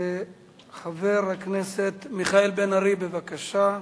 חבר הכנסת מיכאל בן-ארי, בבקשה.